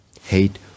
Hate